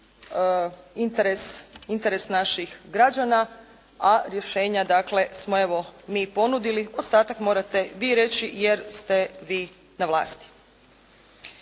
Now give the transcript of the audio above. interes naših građana, a rješenja dakle smo evo mi ponudili. Ostatak morate vi reći jer ste vi na vlasti.